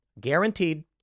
guaranteed